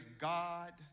God